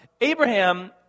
Abraham